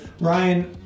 Ryan